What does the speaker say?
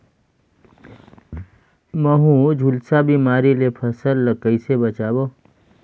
महू, झुलसा बिमारी ले फसल ल कइसे बचाबो?